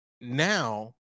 now